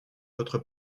votre